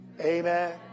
amen